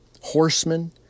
horsemen